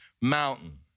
mountain